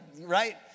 right